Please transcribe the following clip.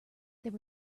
there